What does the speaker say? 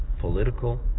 political